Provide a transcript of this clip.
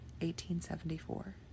1874